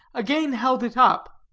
again held it up